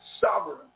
sovereign